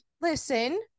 listen